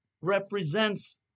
represents